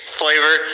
flavor